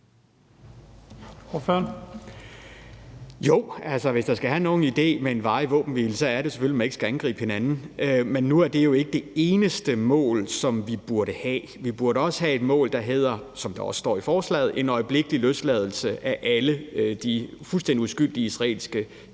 hvis der skal være nogen idé med en varig våbenhvile, er det selvfølgelig, at man ikke skal angribe hinanden. Men nu er det jo ikke det eneste mål, som vi burde have. Vi burde også have et mål, der, som der også står i forslaget, er en øjeblikkelig løsladelse af alle de fuldstændig uskyldige israelske gidsler,